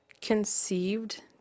conceived